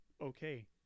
okay